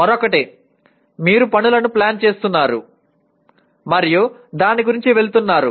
మరొకటి మీరు పనులను ప్లాన్ చేస్తున్నారు మరియు దాని గురించి వెళుతున్నారు